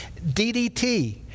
DDT